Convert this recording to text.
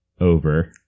over